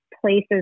places